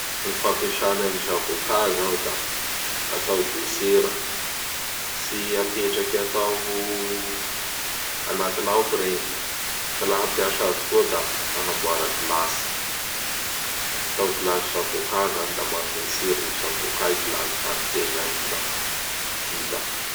Gny fampiasanay ny Zavocat izao da atao desera. Tsy apetraky atao anaty laoky iregny. Fa laha hampiasa azy koa da agnamboara glace, atao glace Zavocat izany da manome tsiron'ny Zavocat i glace hanitegna igny lafa vita.